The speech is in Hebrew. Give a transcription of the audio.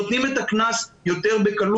נותנים את הקנס יותר בקלות.